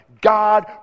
God